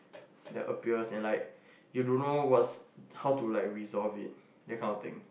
that appears and like you don't know what's how to like resolve it that kind of thing